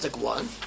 one